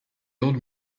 old